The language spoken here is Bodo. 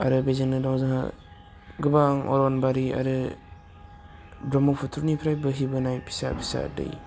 आरो बेजोंनो दं जोंहा गोबां अरनबारि आरो ब्रह्मपुत्रनिफ्राय बोहैबोनाय फिसा फिसा दै